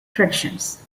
traditions